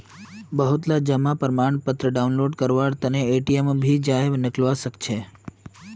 बहुतला जमा प्रमाणपत्र डाउनलोड करवार तने एटीएमत भी जयं निकलाल जवा सकछे